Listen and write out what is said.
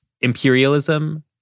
imperialism